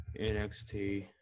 NXT